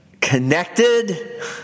connected